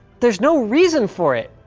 there's no reason for it.